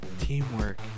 Teamwork